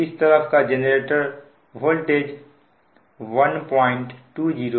इस तरफ का जेनरेटर वोल्टेज 120 pu है